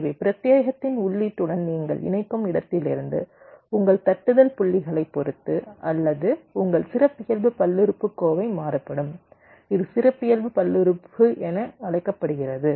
எனவே பிரத்தியேகத்தின் உள்ளீட்டுடன் நீங்கள் இணைக்கும் இடத்திலிருந்து உங்கள் தட்டுதல் புள்ளிகளைப் பொறுத்து உங்கள் சிறப்பியல்பு பல்லுறுப்புக்கோவை மாறுபடும் இது சிறப்பியல்பு பல்லுறுப்பு என அழைக்கப்படுகிறது